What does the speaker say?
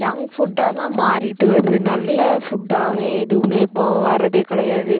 junk ஃபுட்டாக தான் மாறிட்டு வருது நல்ல ஃபுட்டாகவே எதுவும் இப்போது வர்றதே கிடையாது